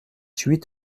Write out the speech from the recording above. huit